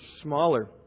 smaller